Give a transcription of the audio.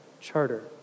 charter